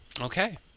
Okay